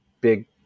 big